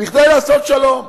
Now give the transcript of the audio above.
כדי לעשות שלום.